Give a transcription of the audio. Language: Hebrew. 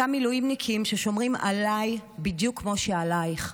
אותם מילואימניקים ששומרים עליי בדיוק כמו שהם שומרים עלייך.